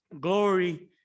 glory